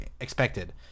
expected